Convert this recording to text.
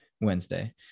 Wednesday